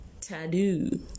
Tattoo